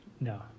No